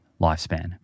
lifespan